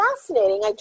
fascinating